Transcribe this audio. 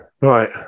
Right